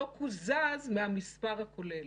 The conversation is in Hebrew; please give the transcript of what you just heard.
כי החקירה מכסה אותם.